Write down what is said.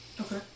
Okay